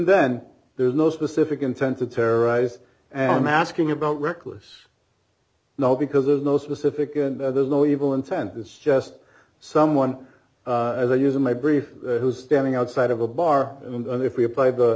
then there's no specific intent to terrorize and i'm asking about reckless now because there's no specific and there's no evil intent it's just someone using my brief who's standing outside of a bar and if we apply the